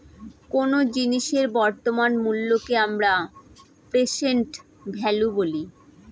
কোন জিনিসের বর্তমান মুল্যকে আমরা প্রেসেন্ট ভ্যালু বলি